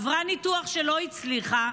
עברה ניתוח שלא הצליח,